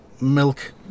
milk